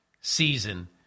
season